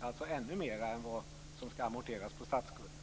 alltså ännu mer än vad som skall amorteras på statsskulden.